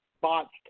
botched